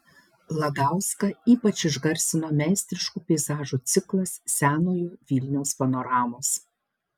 lagauską ypač išgarsino meistriškų peizažų ciklas senojo vilniaus panoramos